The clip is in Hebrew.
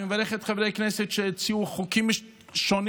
אני מברך את חברי הכנסת שהציעו חוקים שונים